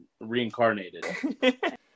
reincarnated